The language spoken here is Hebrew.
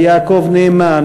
ויעקב נאמן,